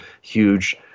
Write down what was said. huge